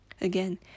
Again